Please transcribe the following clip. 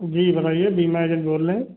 जी बताइए बीमा एजेन्ट बोल रहे हैं